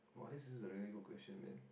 !wah! this is a really good question man